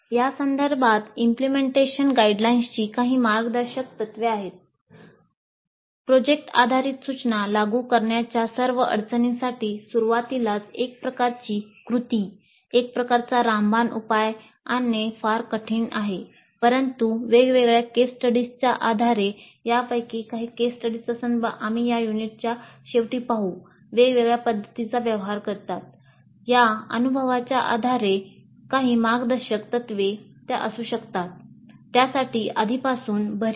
या संदर्भात इम्पलेमेंटेशन गाईडलाईन्सची त्यासाठी आधीपासूनच भरीव नियोजन आवश्यक आहे